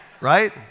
right